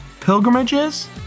pilgrimages